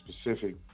Specific